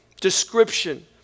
description